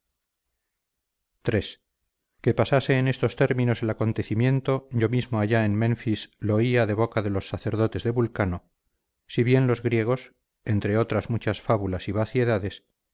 iii que pasase en estos términos el acontecimiento yo mismo allá en menfis lo oía de boca de los sacerdotes de vulcano si bien los griegos entre otras muchas fábulas y vaciedades